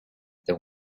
there